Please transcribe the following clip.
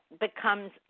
becomes